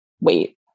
wait